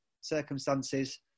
circumstances